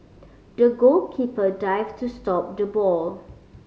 the goalkeeper dived to stop the ball